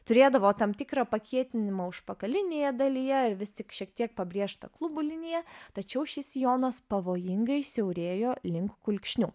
turėdavo tam tikrą pakietinimą užpakalinėje dalyje ir vis tik šiek tiek pabrėžta klubų linija tačiau šis sijonas pavojingai siaurėjo link kulkšnių